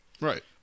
Right